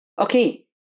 Okay